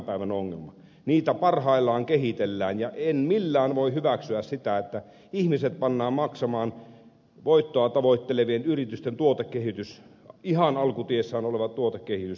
niitä parhaillaan kehitellään ja en millään voi hyväksyä sitä että ihmiset pannaan maksamaan voittoa tavoittelevien yritysten tuotekehitys ihan alkutiessään oleva tuotekehitys